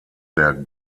der